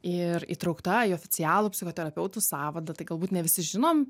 ir įtraukta į oficialų psichoterapeutų sąvadą tai galbūt ne visi žinom